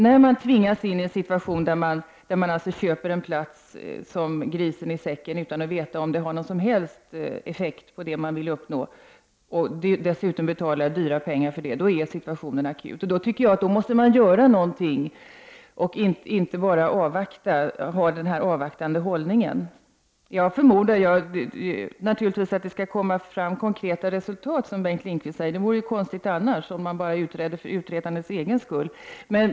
När man tvingas in i en situation där man får lov att köpa en plats som man köper grisen i säcken, utan att veta om platsen har någon som helst effekt av det slag som man vill åstadkomma och om man dessutom måste betala dyra pengar för detta, då är situationen akut. Jag menar att man i detta läge måste göra något i stället för att ha denna avvaktande hållning. Jag förmodar att det, som Bengt Lindqvist säger, nu skall komma fram konkreta resultat. Det vore ju konstigt om man bara utredde för utredandets egen skull.